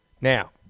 Now